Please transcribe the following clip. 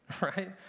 Right